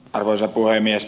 arvoisa puhemies